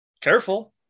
Careful